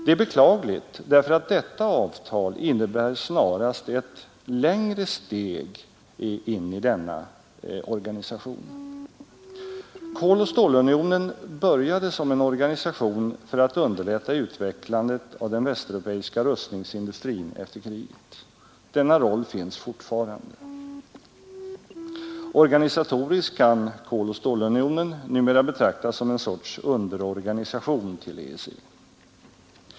Det är beklagligt, eftersom detta avtal snarast innebär ett längre steg in i denna organisation. Koloch stålunionen började som en organisation för att underlätta utvecklandet av den västeuropeiska rustningsindustrin efter kriget. Denna roll finns fortfarande. Organisatoriskt kan Koloch stålunionen numera betraktas som en sorts underorganisation till EEC.